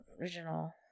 Original